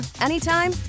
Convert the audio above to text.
anytime